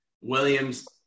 Williams